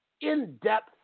in-depth